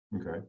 Okay